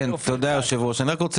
"אני רוצה